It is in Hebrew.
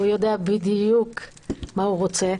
הוא יודע בדיוק מה הוא רוצה.